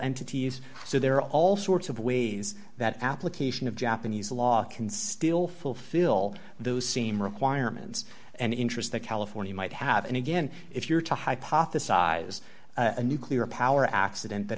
entities so there are all sorts of ways that application of japanese law can still fulfill those same requirements and interest that california might have and again if you're to hypothesize a nuclear power accident that